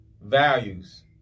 Values